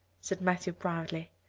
said matthew proudly.